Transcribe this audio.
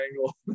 angle